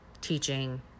teaching